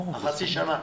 החצי שנה.